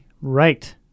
Right